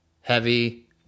heavy